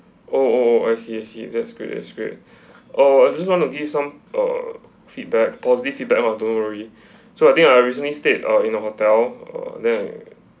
oh oh oh I see I see that's great that's great uh just want to give some uh feedback positive feedback ah worry so I think I recently stayed err in your hotel uh then uh